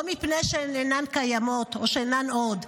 לא מפני שהן אינן קיימות או שאינן עוד,